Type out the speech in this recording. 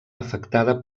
afectada